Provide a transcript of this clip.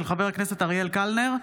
של חבר הכנסת אריאל קלנר,